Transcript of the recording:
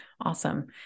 Awesome